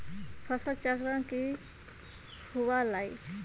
फसल चक्रण की हुआ लाई?